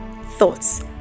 Thoughts